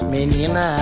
Menina